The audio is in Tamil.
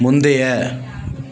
முந்தைய